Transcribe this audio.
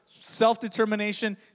Self-determination